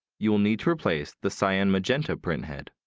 you will need to replace the cyan magenta printhead.